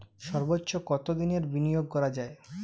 সর্বোচ্চ কতোদিনের বিনিয়োগ করা যায়?